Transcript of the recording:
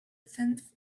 tenth